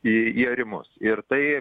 į į arimus ir tai